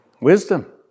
wisdom